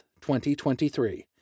2023